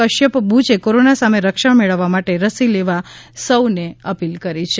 કશ્યપ બુચે કોરોના સામે રક્ષણ મેળવવા માટે રસી લેવા સૌને અપીલ કરી છે